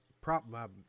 problem